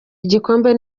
igikombe